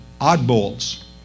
oddballs